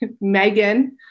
Megan